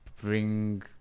Bring